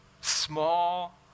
small